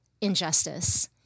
injustice